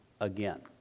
again